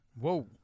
Whoa